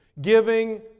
giving